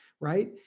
right